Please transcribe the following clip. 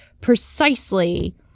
precisely